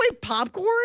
popcorn